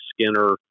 Skinner